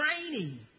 training